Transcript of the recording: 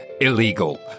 illegal